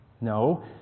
No